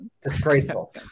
disgraceful